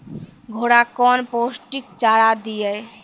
घोड़ा कौन पोस्टिक चारा दिए?